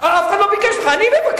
אף אחד לא ביקש ממך, אני מבקש.